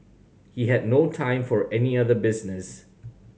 he had no time for any other business